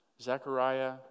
Zechariah